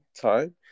time